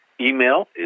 email